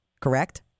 Correct